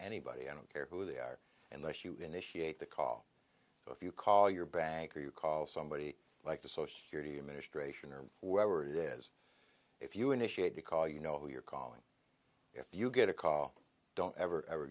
anybody i don't care who they are unless you initiate the call if you call your bank or you call somebody like the social security administration or whoever it is if you initiate the call you know you're calling if you get a call don't ever ever